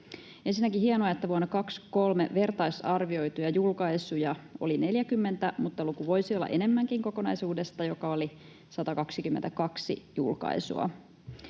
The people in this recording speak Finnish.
Ensinnäkin on hienoa, että vuonna 23 vertaisarvioituja julkaisuja oli 40, mutta luku voisi olla enemmänkin kokonaisuudesta, joka oli 122 julkaisua.